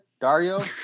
Dario